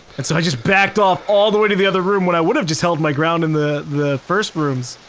and so i just backed off all the way to the other room when i would have just held my ground in the, the first rooms.